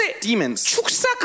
demons